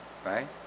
right